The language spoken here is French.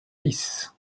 dix